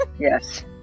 Yes